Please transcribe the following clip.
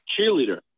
cheerleader